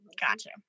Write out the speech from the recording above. Gotcha